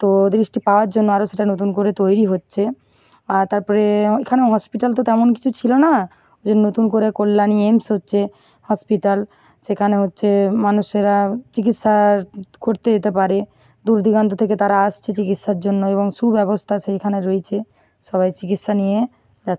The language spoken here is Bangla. তো দৃষ্টি পাওয়ার জন্য আরও সেটা নতুন করে তৈরি হচ্ছে তারপরে এখানেও হসপিটাল তো তেমন কিছু ছিলো না ওই নতুন করে কল্যাণী এইমস হচ্ছে হঁসপিতাল সেখানে হচ্ছে মানুষেরা চিকিৎসার করতে যেতে পারে দূর দিগান্ত থেকে তারা আসছে চিকিৎসার জন্য এবং সুব্যবস্থা সেইখানে রয়েইছে সবাই চিকিৎসা নিয়ে যাচ্ছে